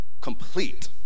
complete